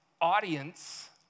audience